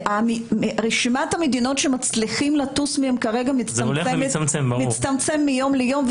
רשימת המדינות שמצליחים לטוס מהן כרגע מצטמצמת מיום ליום,